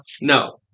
No